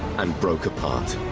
and broke apart.